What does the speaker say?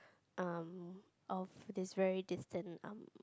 um of is very distant lah